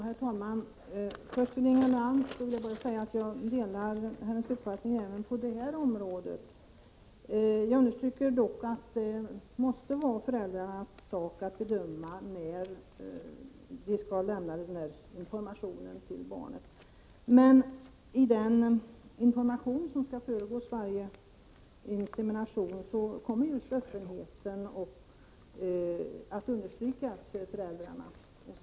Herr talman! Först vill jag säga till Inga Lantz att jag delar hennes uppfattning även på det här området. Jag understryker dock att det måste vara föräldrarnas sak att bedöma när de skall informera barnet om dess ursprung. I den information som skall föregå varje insemination kommer just öppenheten att understrykas för föräldrarna.